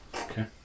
Okay